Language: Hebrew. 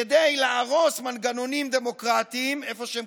כדי להרוס מנגנונים דמוקרטיים איפה שהם